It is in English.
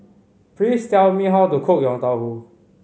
please tell me how to cook Yong Tau Foo